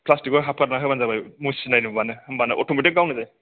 प्लासटिकआव हाफोरना होबानो जाबाय मुसिनाय नुबानो होमबानो अटमेटिक गावनो जायो